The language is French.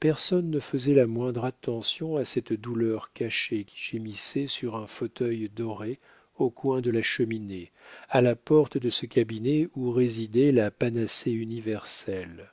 personne ne faisait la moindre attention à cette douleur cachée qui gémissait sur un fauteuil doré au coin de la cheminée à la porte de ce cabinet où résidait la panacée universelle